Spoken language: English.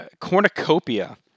cornucopia